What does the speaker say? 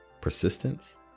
persistence